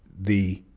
the